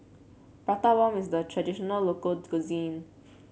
Prata Bomb is a traditional local cuisine